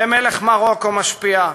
ומלך מרוקו משפיע,